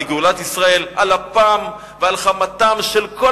וגאולת ישראל על אפם ועל חמתם של כל